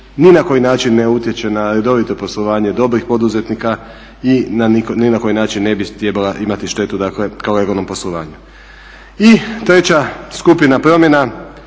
ni na koji način ne utječe na redovito poslovanje dobrih poduzetnika i na ni na koji način ne bi trebala imati štetu kao legalnom poslovanju. I treća skupina promjena